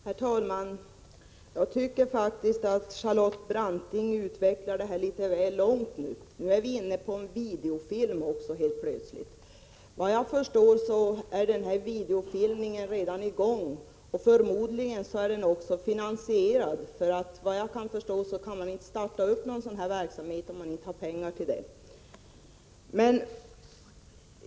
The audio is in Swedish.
Herr talman! Jag tycker faktiskt att Charlotte Branting utvecklar detta ärende litet väl mycket. Nu är vi plötsligt inne på videofilmning. Såvitt jag förstår är denna videofilmning redan i gång, och förmodligen är den också finansierad. Man lär inte kunna sätta i gång en sådan verksamhet utan pengar.